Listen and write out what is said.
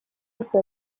yagize